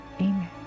Amen